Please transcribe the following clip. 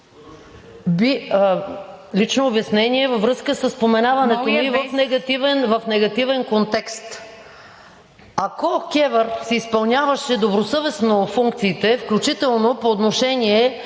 Лично обяснение във връзка със споменаването ми в негативен контекст. Ако КЕВР си изпълняваше добросъвестно функциите, включително по отношение